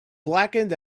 blackened